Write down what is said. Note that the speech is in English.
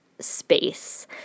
space